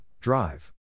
Drive